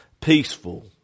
Peaceful